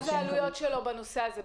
מהן העלויות שלו בנושא הזה?